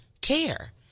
care